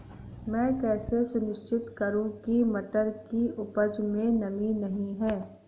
मैं कैसे सुनिश्चित करूँ की मटर की उपज में नमी नहीं है?